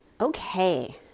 Okay